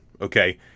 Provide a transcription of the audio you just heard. okay